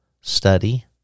Study